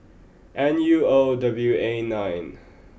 N U O W A nine